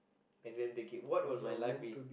and then take it what would my life be